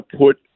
put